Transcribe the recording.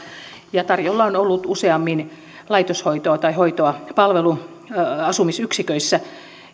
ja tarjolla on ollut useammin laitoshoitoa tai hoitoa palveluasumisyksiköissä